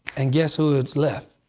and guess who is left?